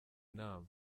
inama